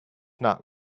not